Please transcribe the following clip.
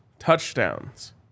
touchdowns